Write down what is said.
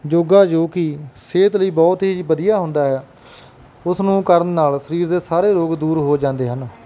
ਯੋਗਾ ਜੋ ਕਿ ਸਿਹਤ ਲਈ ਬਹੁਤ ਹੀ ਵਧੀਆ ਹੁੰਦਾ ਆ ਉਸ ਨੂੰ ਕਰਨ ਨਾਲ ਸਰੀਰ ਦੇ ਸਾਰੇ ਰੋਗ ਦੂਰ ਹੋ ਜਾਂਦੇ ਹਨ